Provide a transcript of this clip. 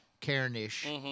Karen-ish